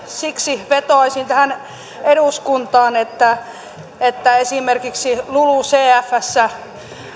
siksi vetoaisin eduskuntaan että että esimerkiksi lulucfssä